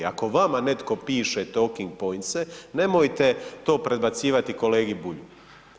Ako vama netko piše talking points nemojte to predbacivati kolegi Bulju.